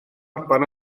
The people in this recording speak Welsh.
alban